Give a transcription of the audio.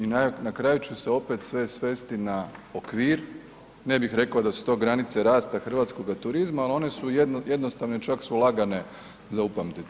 I na kraju će se sve svesti na okvir, ne bih rekao da su to granice rasta hrvatskoga turizma ali one su jednostavne, čak su lagane za upamtiti.